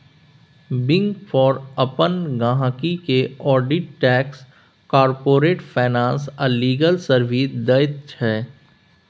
big four अपन गहिंकी केँ आडिट टैक्स, कारपोरेट फाइनेंस आ लीगल सर्विस दैत छै